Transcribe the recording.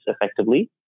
effectively